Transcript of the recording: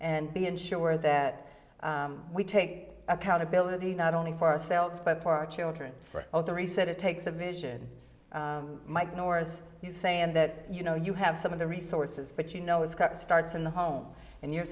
and be ensure that we take accountability not only for ourselves but for our children for the reset it takes a vision might nora's you saying that you know you have some of the resources but you know it's got starts in the home and you're